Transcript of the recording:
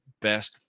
best